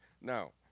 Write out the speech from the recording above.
No